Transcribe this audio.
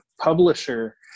publisher